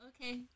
Okay